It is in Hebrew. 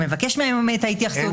הוא מבקש ממנו את ההתייחסות,